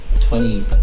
Twenty